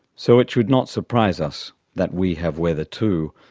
so it should not surprise us that we have weather too,